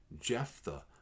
Jephthah